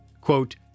Quote